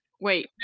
wait